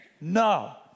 no